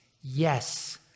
Yes